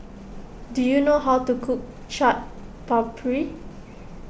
do you know how to cook Chaat Papri